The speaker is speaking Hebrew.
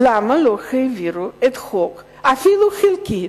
למה לא העבירו את החוק, אפילו חלקית,